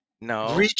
No